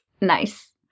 Nice